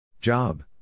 Job